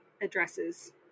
addresses